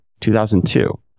2002